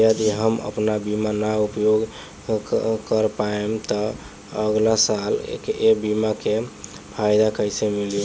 यदि हम आपन बीमा ना उपयोग कर पाएम त अगलासाल ए बीमा के फाइदा कइसे मिली?